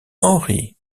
henry